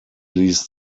least